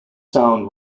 sound